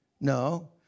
No